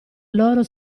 loro